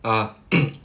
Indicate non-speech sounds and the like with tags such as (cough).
ah (coughs)